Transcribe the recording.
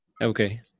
Okay